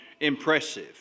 impressive